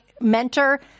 mentor